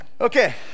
Okay